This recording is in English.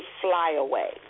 flyaway